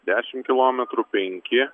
dešim kilometrų penki